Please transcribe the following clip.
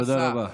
תודה רבה.